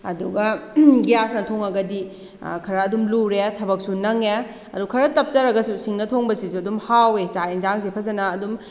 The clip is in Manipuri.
ꯑꯗꯨꯒ ꯒ꯭ꯌꯥꯁꯅ ꯊꯣꯡꯉꯒꯗꯤ ꯈꯔ ꯑꯗꯨꯝ ꯂꯨꯔꯦ ꯊꯕꯛꯁꯨ ꯅꯪꯉꯦ ꯑꯗꯨ ꯈꯔ ꯇꯞꯆꯔꯒꯁꯨ ꯁꯤꯡꯗ ꯊꯣꯡꯕꯁꯤꯁꯨ ꯑꯗꯨꯝ ꯍꯥꯎꯏ ꯆꯥꯛ ꯌꯦꯟꯁꯥꯡꯖꯦ ꯐꯖꯅ ꯑꯗꯨꯝ